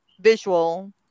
visual